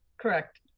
Correct